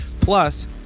Plus